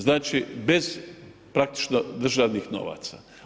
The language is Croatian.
Znači, bez praktično državnih novaca.